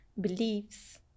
Beliefs